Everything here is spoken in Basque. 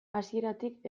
hasieratik